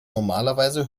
normalerweise